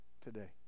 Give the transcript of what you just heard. today